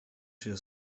się